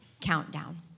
countdown